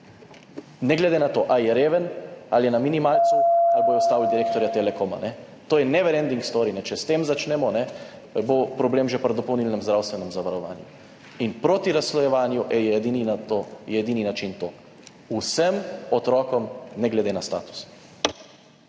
ne glede na to, ali je reven, ali je na minimalcu, ali bodo ustavili direktorja Telekoma. To je neverending story. Če s tem začnemo, bo problem že pri dopolnilnem zdravstvenem zavarovanju. In proti razslojevanju je edini način to – vsem otrokom, ne glede na status.